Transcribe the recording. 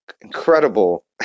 incredible